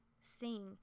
sing